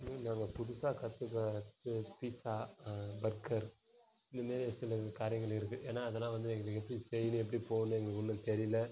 நாங்கள் புதுசாக கற்றுக்க ப பீட்சா பர்கர் இந்த மாதிரி சில காரியங்கள் இருக்குது ஏன்னால் அதெல்லாம் வந்து எங்களுக்கு எப்படி செய்யணும் எப்படி போகணும் எங்களுக்கு ஒன்றும் தெரியல